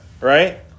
right